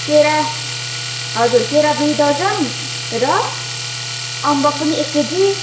केरा हजुर केरा दुई दर्जन र अम्बक पनि एक केजी